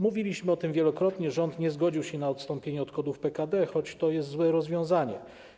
Mówiliśmy o tym wielokrotnie, rząd nie zgodził się na odstąpienie od kodów PKD, choć to jest złe rozwiązanie.